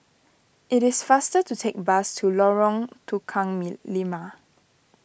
it is faster to take the bus to Lorong Tukang Lima